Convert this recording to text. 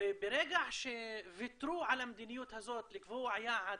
וברגע שוויתרו על המדיניות הזאת לקבוע יעד